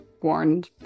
warned